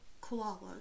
koalas